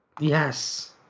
Yes